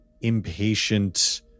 impatient